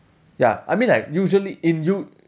ya I mean like usually in U~